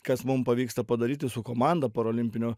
kas mum pavyksta padaryti su komanda parolimpinio